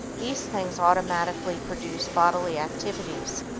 these things automatically produce bodily activities.